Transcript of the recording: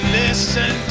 listen